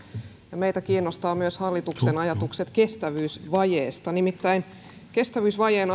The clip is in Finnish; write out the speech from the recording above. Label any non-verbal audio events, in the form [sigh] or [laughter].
ja meitä kiinnostavat myös hallituksen ajatukset kestävyysvajeesta nimittäin kestävyysvajeen [unintelligible]